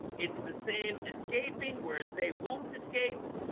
it's the same escaping whereas they won't escape